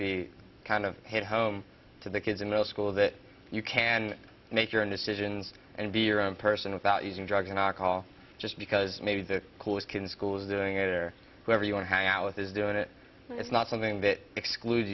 be kind of hit home to the kids in the school that you can make your own decisions and beer and person without using drugs and alcohol just because maybe the coolest can schools doing it or whoever you want to hang out with is doing it it's not something that excludes